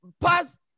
pass